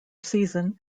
season